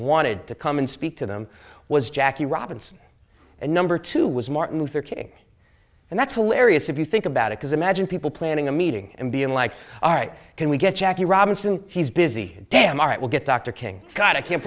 wanted to come and speak to them was jackie robinson and number two was martin luther king and that's hilarious if you think about it because imagine people planning a meeting and being like all right can we get jackie robinson he's busy damn are it will get dr king got i can't